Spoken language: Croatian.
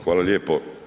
Hvala lijepo.